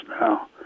now